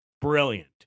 Brilliant